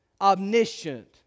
omniscient